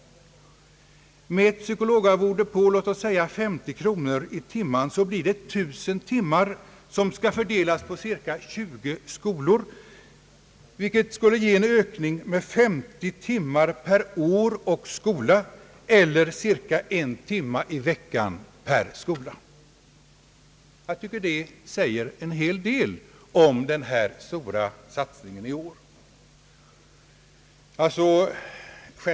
Med ett psykologarvode på låt oss säga 50 kronor i timmen blir det cirka 1 000 timmar att fördela på 20 skolor, vilket skulle ge en ökning av 50 timmar per år och skola eller cirka en timme per vecka och skola. Jag tycker att detta säger en hel del om den stora satsningen i år.